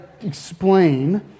explain